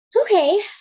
okay